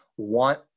want